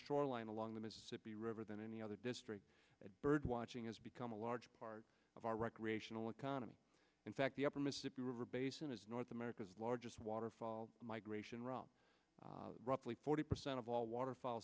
shoreline along the mississippi river than any other district birdwatching has become a large part of our recreational economy in fact the upper mississippi river basin is north america's largest waterfall migration route roughly forty percent of all waterfall